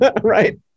Right